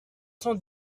cent